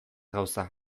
gauza